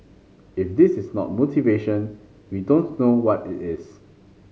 if this is not motivation we don't know what it is